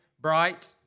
bright